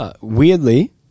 Weirdly